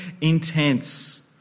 intense